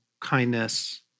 kindness